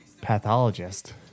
Pathologist